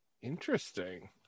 interesting